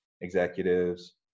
executives